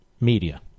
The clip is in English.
media